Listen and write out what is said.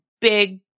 big